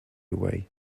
away